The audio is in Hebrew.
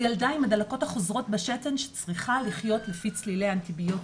הילדה עם הדלקות החוזרות בשתן שצריכה לחיות לפי צלילי האנטיביוטיקה..".